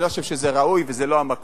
אני לא חושב שזה ראוי, וזה לא המקום